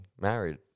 married